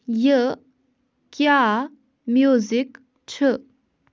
یہِ کیٛاہ میوٗزک چھُ ؟